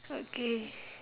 okay